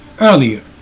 earlier